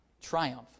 triumph